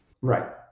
Right